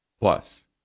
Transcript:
Plus